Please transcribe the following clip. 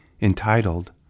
entitled